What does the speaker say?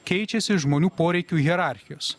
keičiasi žmonių poreikių hierarchijos